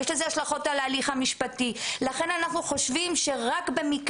יש לזה השלכות על ההליך המשפטי.